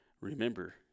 remember